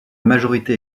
majorité